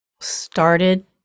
started